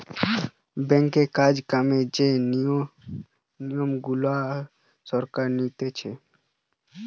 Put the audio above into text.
ব্যাঙ্কে কাজ কামের যে নিয়ম গুলা সরকার নু দিতেছে